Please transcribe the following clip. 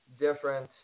different